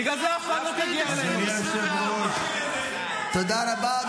בגלל זה ------ אדוני היושב-ראש -- תודה רבה.